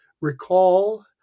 recall